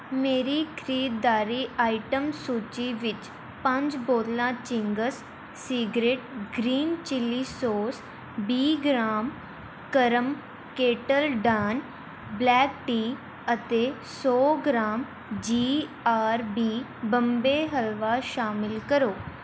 ਮੇਰੀ ਖਰੀਦਦਾਰੀ ਆਈਟਮ ਸੂਚੀ ਵਿੱਚ ਪੰਜ ਬੋਤਲਾਂ Ching's secret green chilli sauce ਵੀਹ ਗ੍ਰਾਮ ਕਰਮ ਕੇਟਲ ਡਾਨ ਬਲੈਕ ਟੀ ਅਤੇ ਸੌ gram G R B Bombay halwa ਸ਼ਾਮਿਲ ਕਰੋ